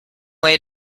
way